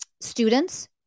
students